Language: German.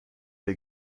der